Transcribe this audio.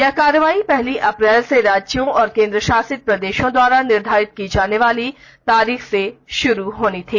यह कार्रवाई पहली अप्रैल से राज्यों और केन्द्रशासित प्रदेशों द्वारा निर्धारित की जाने वाली तारीख से शुरू होनी थी